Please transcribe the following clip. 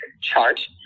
chart